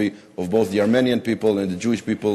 of both the Armenian people and the Jewish people.